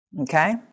Okay